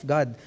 God